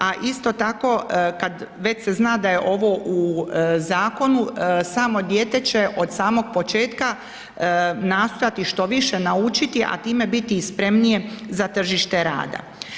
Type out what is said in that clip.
A isto tako već se zna da je ovo u zakonu samo dijete će od samog početka nastojati što više naučiti, a time biti i spremnije za tržište rada.